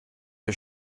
der